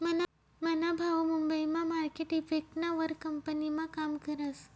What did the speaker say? मना भाऊ मुंबई मा मार्केट इफेक्टना वर कंपनीमा काम करस